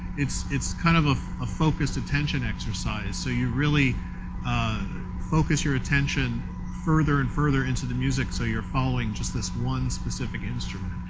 it's it's kind of of a focused attention exercise so you really focus your attention further and further into the music so you're following just this one specific instrument.